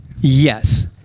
Yes